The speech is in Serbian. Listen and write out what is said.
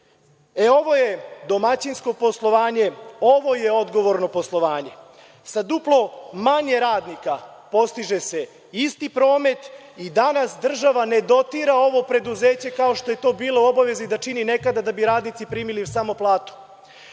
E, ovo je domaćinsko poslovanje, ovo je odgovorno poslovanje. Sa duplo manje radnika postiže se isti promet i danas država ne dotira ovo preduzeće kao što je to bila u obavezi da čini nekada da bi radnici primili samo platu. Ono